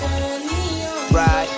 right